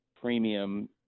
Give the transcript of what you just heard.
premium